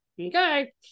okay